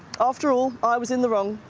after all, i was in the wrong,